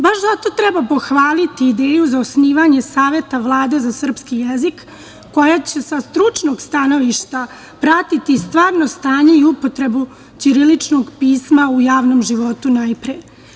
Baš zato treba pohvaliti ideju za osnivanje Saveta Vlade za srpski jezik, koji će sa stručnog stanovišta pratiti stvarno stanje i upotrebu ćiriličnog pisma u javnom životu, najpre.